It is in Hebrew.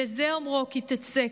וזהו אומרו 'כי תצא',